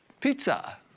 pizza